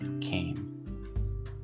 Came